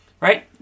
right